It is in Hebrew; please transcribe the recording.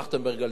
בדבר הבא,